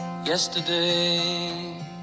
Yesterday